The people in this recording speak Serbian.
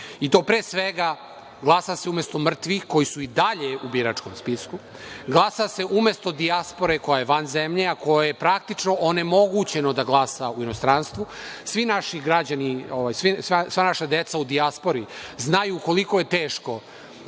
i to, pre svega, glasa se umesto mrtvih koji su i dalje u biračkom spisku. Glasa se umesto dijaspore koja je van zemlje, a kojoj je praktično onemogućeno da glasa u inostranstvu. Sva naša deca u dijaspori znaju koliko je teško